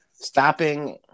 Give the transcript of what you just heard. Stopping